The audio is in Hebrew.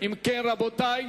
אם כן, רבותי,